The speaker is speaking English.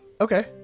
Okay